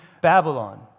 Babylon